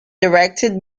directed